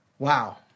Wow